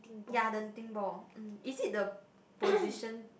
ya the thing ball is it the position